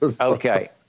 Okay